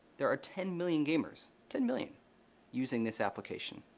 there are ten million gamers ten million using this application.